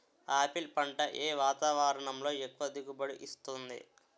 Apple పంట ఏ వాతావరణంలో ఎక్కువ దిగుబడి ఇస్తుంది?